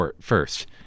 first